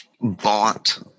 bought